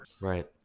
Right